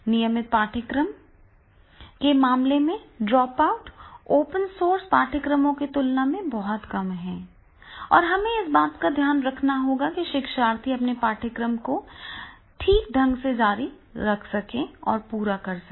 नियमित पाठ्यक्रम के मामले में ड्रॉपआउट ओपन सोर्स पाठ्यक्रमों की तुलना में बहुत कम हैं और हमें इस बात का ध्यान रखना होगा कि शिक्षार्थी अपने पाठ्यक्रम को ठीक ढंग से जारी रख सकें और पूरा कर सकें